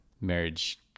marriage